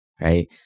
right